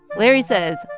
larry says,